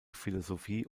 philosophie